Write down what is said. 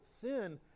sin